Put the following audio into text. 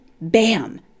BAM